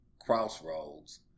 Crossroads